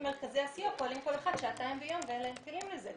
מרכזי הסיוע פועלים שעתיים ביום ואין להם כלים לזה.